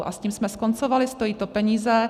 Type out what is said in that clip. A s tím jsme skoncovali, stojí to peníze.